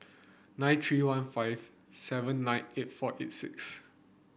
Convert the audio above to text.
nine three one five seven nine eight four eight six